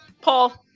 paul